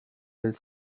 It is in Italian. del